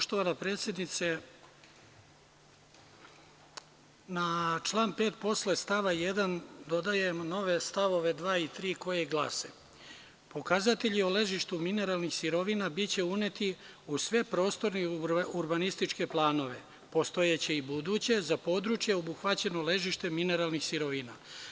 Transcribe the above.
Poštovana predsednice, na član 5. posle stava 1. dodajem nove stavove 2. i 3. koji glase - pokazatelji o ležištu mineralnih sirovina biće uneti u sve prostore i urbanističke planove postojeće i buduće za područja obuhvaćena ležištem mineralnih sirovina.